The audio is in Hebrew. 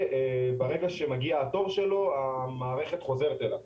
וברגע שמגיע התור שלו המערכת חוזרת אליו.